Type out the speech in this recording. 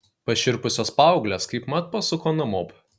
pašiurpusios paauglės kaipmat pasuko namop